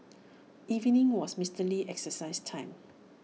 evening was Mister Lee's exercise time